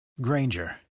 Granger